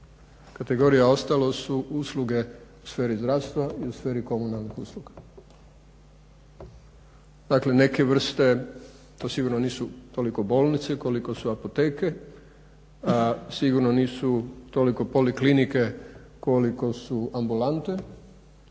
kategorija ostalo su usluge u sferi zdravstva i u sferi komunalnih usluga. Dakle neke vrste, to sigurno nisu toliko bolnice koliko su apoteke, sigurno nisu toliko poliklinike koliko su ambulante,